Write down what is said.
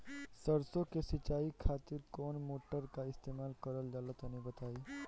सरसो के सिंचाई खातिर कौन मोटर का इस्तेमाल करल जाला तनि बताई?